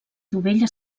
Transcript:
dovella